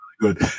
good